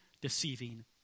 deceiving